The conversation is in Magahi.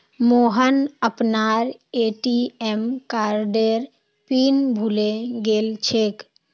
मोहन अपनार ए.टी.एम कार्डेर पिन भूले गेलछेक